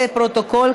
לפרוטוקול,